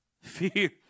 Fear